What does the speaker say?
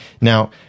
Now